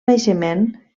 naixement